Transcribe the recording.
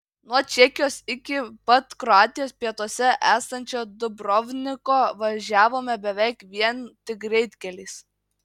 nuo čekijos iki pat kroatijos pietuose esančio dubrovniko važiavome beveik vien tik greitkeliais